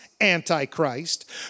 anti-Christ